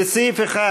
לסעיף 1